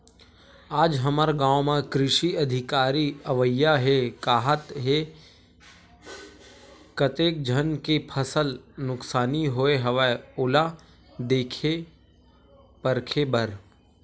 आज हमर गाँव म कृषि अधिकारी अवइया हे काहत हे, कतेक झन के फसल नुकसानी होय हवय ओला देखे परखे बर